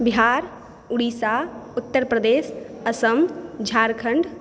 Bihar Odisha Uttar Pradesh Assam Jharkhand